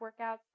workouts